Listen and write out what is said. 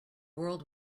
world